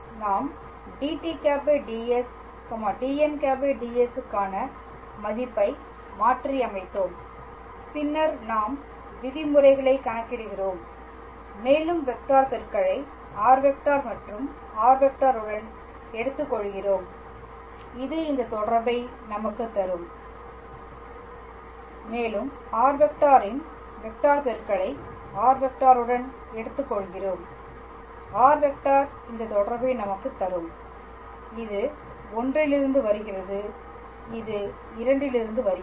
நாம் dt̂ ds dn̂ ds க்கான மதிப்பை மாற்றியமைத்தோம் பின்னர் நாம் விதிமுறைகளை கணக்கிடுகிறோம் மேலும் வெக்டார் பெருக்கலை r மற்றும் r உடன் எடுத்துக்கொள்கிறோம் இது இந்த தொடர்பை நமக்குத் தரும் மேலும் r இன் வெக்டார் பெருக்கலை r உடன் எடுத்துக்கொள்கிறோம் r⃗ இந்த தொடர்பை நமக்குத் தரும் இது I இலிருந்து வருகிறது இது II இலிருந்து வருகிறது